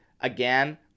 Again